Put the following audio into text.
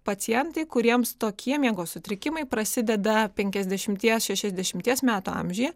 pacientai kuriems tokie miego sutrikimai prasideda penkiasdešimties šešiasdešimties metų amžiuje